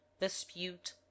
dispute